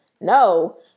no